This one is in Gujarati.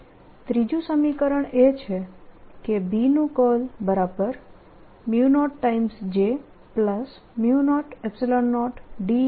ત્રીજું સમીકરણ એ છે કે B નું કર્લ B0 J00Et છે